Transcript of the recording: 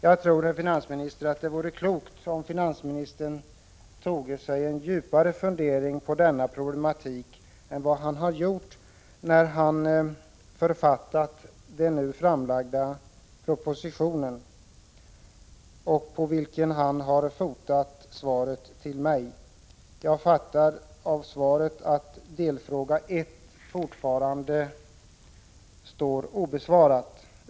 Jag tror, herr finansminister, att det vore klokt om finansministern tog sig en djupare fundering över problematiken än vad han gjorde när han författade förslaget i den nu framlagda propositionen, på vilket han ju har baserat svaret till mig. Med anledning av svaret konstaterar jag att delfråga 1 fortfarande är obesvarad.